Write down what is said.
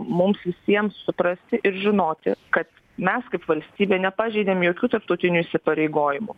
mums visiems suprasti ir žinoti kad mes kaip valstybė nepažeidėm jokių tarptautinių įsipareigojimų